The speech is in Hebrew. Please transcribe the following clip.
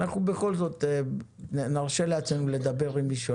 אנחנו בכל זאת נרשה לעצמנו לדבר עם מישהו.